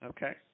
Okay